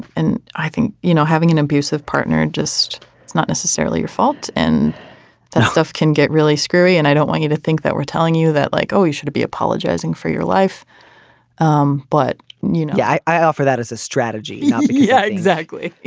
and i think you know having an abusive partner and just it's not necessarily your fault and that stuff can get really scary and i don't want you to think that we're telling you that like oh you shouldn't be apologizing for your life um but you know yeah i i offer that as a strategy yeah. yeah exactly.